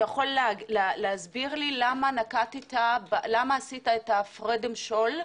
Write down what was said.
אתה יכול להסביר לי למה עשית את ה "הפרד ומשול"